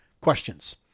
questions